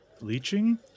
Leaching